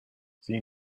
see